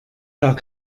gar